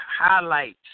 highlights